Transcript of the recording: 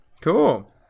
Cool